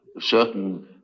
certain